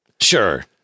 Sure